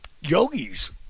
yogis